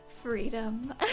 freedom